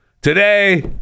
Today